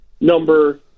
number